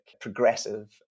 progressive